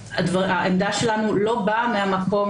העמדה שלנו לא באה מהמקום,